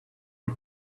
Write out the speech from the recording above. and